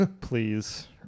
Please